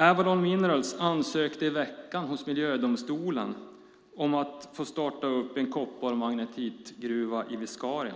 Avalon Minerals ansökte i veckan hos miljödomstolen om att få starta upp en koppar och en magnetitgruva i Viscaria.